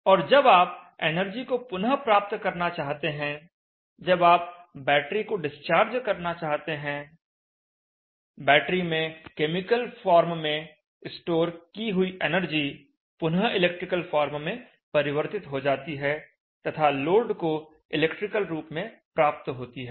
और जब आप एनर्जी को पुनः प्राप्त करना चाहते हैं जब आप बैटरी को डिस्चार्ज करना चाहते हैं बैटरी में केमिकल फॉर्म में स्टोर की हुई एनर्जी पुनः इलेक्ट्रिकल फॉर्म में परिवर्तित हो जाती है तथा लोड को इलेक्ट्रिकल रूप में प्राप्त होती है